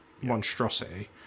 monstrosity